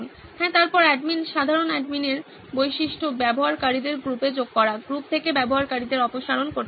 হ্যাঁ তারপর অ্যাডমিন সাধারণ অ্যাডমিনের বৈশিষ্ট্য ব্যবহারকারীদের গ্রুপে যোগ করা গ্রুপ থেকে ব্যবহারকারীদের অপসারণ করতে পারে